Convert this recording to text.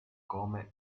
come